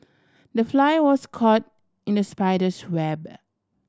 the fly was caught in the spider's web